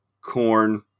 corn